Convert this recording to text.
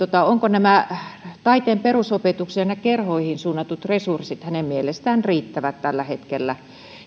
ovatko taiteen perusopetukseen ja kerhoihin suunnatut resurssit hänen mielestään riittävät tällä hetkellä